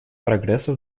прогресса